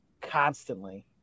constantly